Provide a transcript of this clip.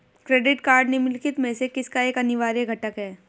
Credit card निम्नलिखित में से किसका एक अनिवार्य घटक है?